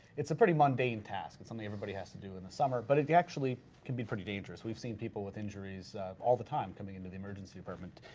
it's a pretty mundane task, it's um something everybody has to do in the summer, but it actually can be pretty dangerous. we've seen people with injuries all the time coming into the emergency department,